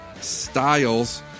styles